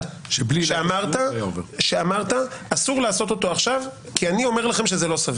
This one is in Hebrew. דבר אחד שאמרת שאסור לעשות אותו עכשיו כי אני אומר לכם שזה לא סביר.